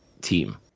team